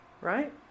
right